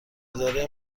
اداره